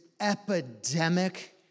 epidemic